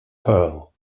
pearl